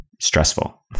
Stressful